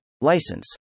license